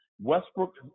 Westbrook